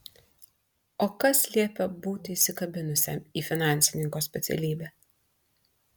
o kas liepia būti įsikabinusiam į finansininko specialybę